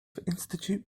institute